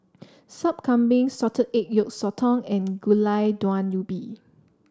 Sup Kambing Salted Egg Yolk Sotong and Gulai Daun Ubi